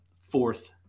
fourth